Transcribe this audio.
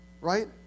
right